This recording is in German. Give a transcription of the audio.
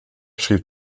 schrieb